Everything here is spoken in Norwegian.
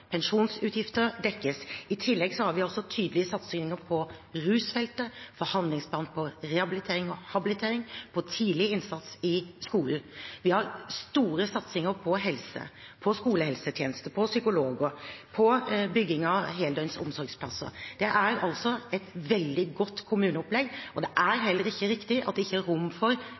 Pensjonsutgifter dekkes. I tillegg har vi også tydelige satsinger på rusfeltet, på handlingsplan for rehabilitering og habilitering, på tidlig innsats i skolen. Vi har store satsinger på helse, på skolehelsetjeneste, på psykologer, på bygging av heldøgns omsorgsplasser. Det er altså et veldig godt kommuneopplegg. Det er heller ikke riktig at det ikke er rom for å effektivisere i kommunene. Det er et rom for